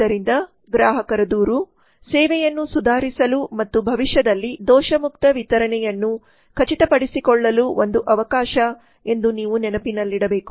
ಆದ್ದರಿಂದ ಗ್ರಾಹಕರ ದೂರು ಸೇವೆಯನ್ನು ಸುಧಾರಿಸಲು ಮತ್ತು ಭವಿಷ್ಯದಲ್ಲಿ ದೋಷ ಮುಕ್ತ ವಿತರಣೆಯನ್ನು ಖಚಿತಪಡಿಸಿಕೊಳ್ಳಲು ಒಂದು ಅವಕಾಶ ಎಂದು ನೀವು ನೆನಪಿನಲ್ಲಿಡಬೇಕು